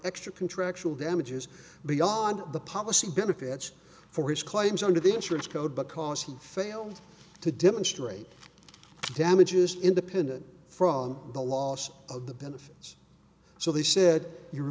extra contractual damages beyond the policy benefits for his claims under the insurance code because he failed to demonstrate damages independent from the loss of the benefits so they said you're